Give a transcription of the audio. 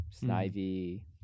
Snivy